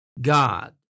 God